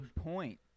Point